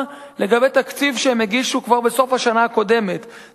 לגבי תקציב שהם הגישו כבר בסוף השנה הקודמת,